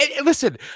listen